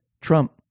Trump